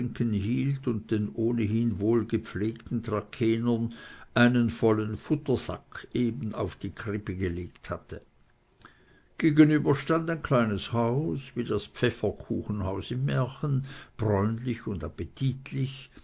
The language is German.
den ohnehin wohlgepflegten trakehnern einen vollen futtersack eben auf die krippe gelegt hatte gegenüber stand ein kleines haus wie das pfefferkuchenhaus im märchen bräunlich und appetitlich